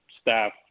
staff